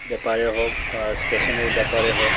বেপাৰেই হওক বা ষ্টেচনেৰি বেপাৰেই হওক